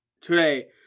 today